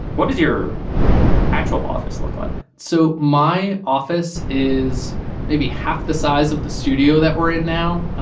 what is your actual office look like. so my office is maybe half the size of the studio that we're in now.